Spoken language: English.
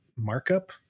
Markup